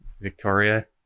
Victoria